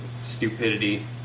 stupidity